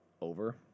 over